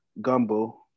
Gumbo